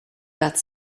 that